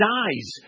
dies